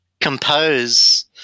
Compose